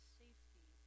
safety